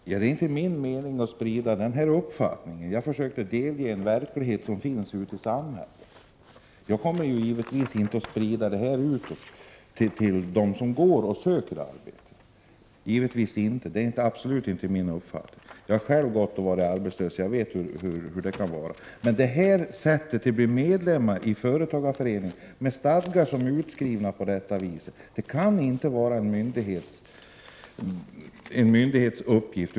Herr talman! Det var inte min mening att sprida denna uppfattning. Jag försökte ge uttryck för en verklighet som finns ute i samhället. Jag kommer givetvis inte att sprida uppfattningen till dem som söker arbete. Det är absolut inte min avsikt. Jag har själv gått arbetslös och vet hur det kan vara. Det förhållandet att arbetsförmedlingar blir medlemmar i företagarför eningar, med stadgar utformade på det sätt som jag angivit, kan inte ligga i linje med en myndighets uppgifter.